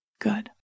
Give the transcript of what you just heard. Good